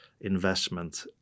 investment